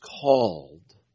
called